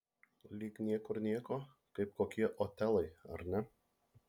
lyg niekur nieko kaip kokie otelai ar ne